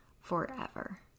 forever